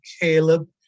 Caleb